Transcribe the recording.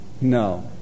No